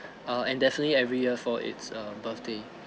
err and definitely every year for its err birthday